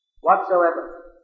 whatsoever